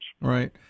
Right